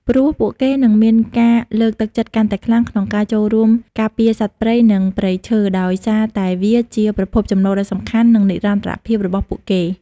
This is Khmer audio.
ព្រោះពួកគេនឹងមានការលើកទឹកចិត្តកាន់តែខ្លាំងក្នុងការចូលរួមការពារសត្វព្រៃ និងព្រៃឈើ ដោយសារតែវាជាប្រភពចំណូលដ៏សំខាន់ និងនិរន្តរភាពរបស់ពួកគេ។